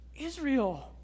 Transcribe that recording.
Israel